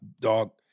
dog